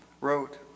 wrote